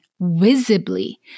visibly